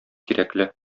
кирәкле